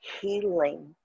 healing